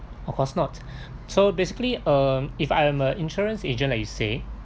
of course not so basically um if I am a insurance agent like you say